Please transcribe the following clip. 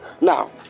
now